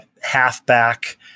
halfback